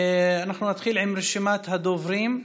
אנחנו נתחיל עם רשימת הדוברים.